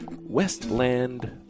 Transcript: Westland